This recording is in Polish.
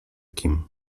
kim